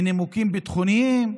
מנימוקים ביטחוניים,